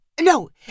No